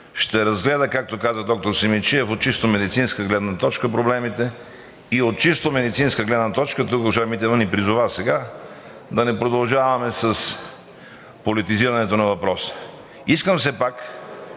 ще разгледа, както каза доктор Симидчиев, от чисто медицинска гледна точка проблемите и от чисто медицинска гледна точка тук госпожа Митева ни призова да не продължаваме с политизирането на въпроса. Искам все пак